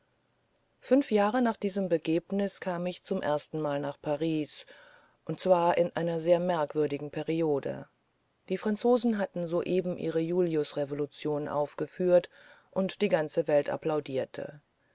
fünf jahre nach diesem begebnis kam ich zum ersten male nach paris und zwar in einer sehr merkwürdigen periode die franzosen hatten soeben ihre juliusrevolution aufgeführt und die ganze welt applaudierte